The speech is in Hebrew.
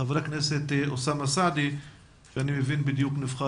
חברת הכנסת היבה יזבק וחבר הכנסת אוסאמה סעדי שאני מבין שנבחר